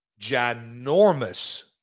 ginormous